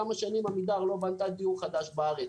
כמה שנים עמידר לא בנתה דיור חדש בארץ.